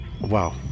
Wow